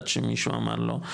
עד שמישהו אמר לו,